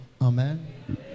amen